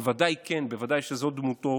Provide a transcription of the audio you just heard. בוודאי כן, בוודאי שזו דמותו